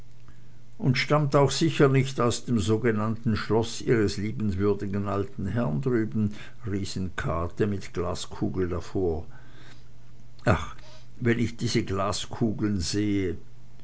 und stammt auch sicher nicht aus dem sogenannten schloß ihres liebenswürdigen alten herrn drüben riesenkate mit glaskugel davor ach wenn ich diese glaskugeln sehe